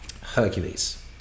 Hercules